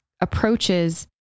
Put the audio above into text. approaches